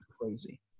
crazy